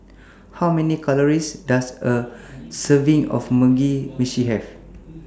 How Many Calories Does A Serving of Mugi Meshi Have